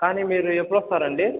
కానీ మీరు ఎప్పుడొస్తారండీ